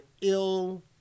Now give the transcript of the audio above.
ill